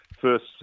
first